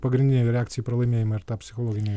pagrindinė jo reakcija į pralaimėjimą ir tą psichologinę